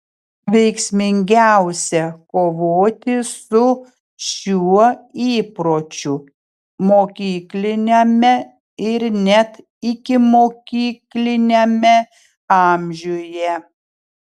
veiksmingiausia kovoti su šiuo įpročiu mokykliniame ir net ikimokykliniame amžiuje